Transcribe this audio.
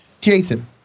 Jason